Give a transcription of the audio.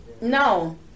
no